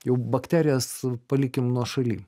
jau bakterijas palikim nuošaly